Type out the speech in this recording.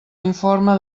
informe